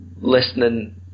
listening